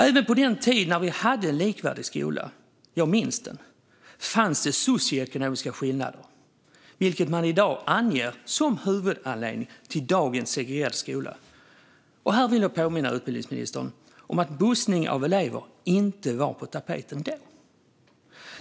Även på den tiden när vi hade en likvärdig skola - jag minns den - fanns socioekonomiska skillnader, vilket man i dag anger som huvudanledning till dagens segregerade skola. Här vill jag påminna utbildningsministern om att bussning av elever inte var på tapeten då.